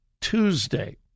Tuesday